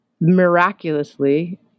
miraculously